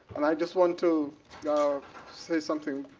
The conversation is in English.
and i just want to say something